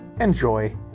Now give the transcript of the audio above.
Enjoy